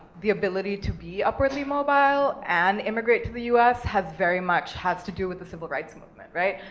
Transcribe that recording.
the ability to be upwardly mobile, and immigrate to the us has very much, has to do with the civil rights movements, right?